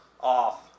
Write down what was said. Off